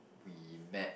we met